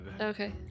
Okay